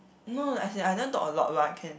no as in I never talk a lot lah can